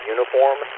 Uniform